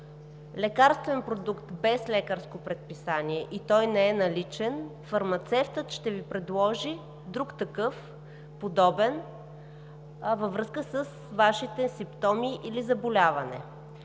лекарствен продукт без лекарско предписание и той не е наличен, фармацевтът ще Ви предложи друг такъв подобен във връзка с Вашите симптоми или заболяване.